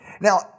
Now